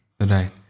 Right